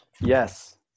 Yes